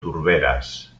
turberas